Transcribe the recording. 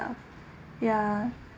ya